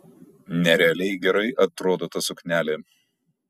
nerealiai gerai atrodo ta suknelė